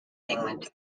england